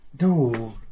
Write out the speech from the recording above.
No